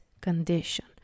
condition